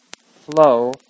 flow